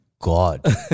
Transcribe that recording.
God